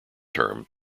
term